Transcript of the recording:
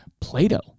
Plato